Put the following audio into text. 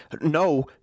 No